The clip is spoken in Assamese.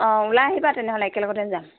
অঁ ওলাই আহিবা তেনেহ'লে একেলগতে যাম